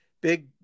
big